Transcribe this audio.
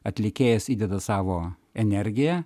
atlikėjas įdeda savo energiją